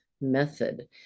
method